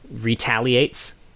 retaliates